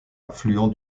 affluent